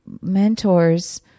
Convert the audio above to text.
mentors